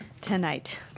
tonight